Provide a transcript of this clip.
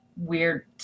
weird